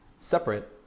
separate